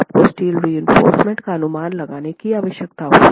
आप को steel reinforcement का अनुमान लगाने की आवश्यकता होगी